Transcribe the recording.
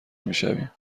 میشویم